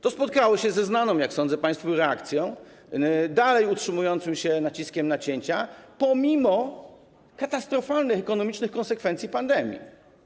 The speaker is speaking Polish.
To spotkało się ze znaną, jak sadzę, państwu reakcją, czyli dalej utrzymującym się naciskiem na cięcia, pomimo katastrofalnych ekonomicznych konsekwencji pandemii.